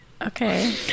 Okay